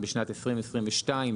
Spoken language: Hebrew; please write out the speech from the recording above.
בשנת 2022,